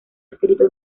escrito